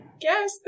guess